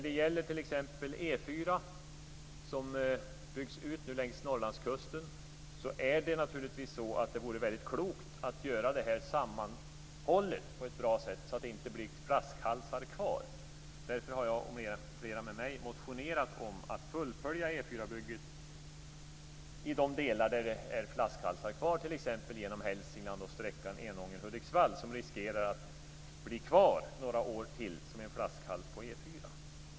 De gäller t.ex. E 4:an som nu byggs ut längs Norrlandskusten. Det vore naturligtvis väldigt klokt att göra det här sammanhållet på ett bra sätt så att det inte blir flaskhalsar kvar. Därför har jag och flera med mig motionerat om att fullfölja E 4-bygget i de delar där det finns flaskhalsar kvar, t.ex. genom Hälsingland och på sträckan Enånger-Hudiksvall, som riskerar att bli kvar några år till som en flaskhals på E 4:an.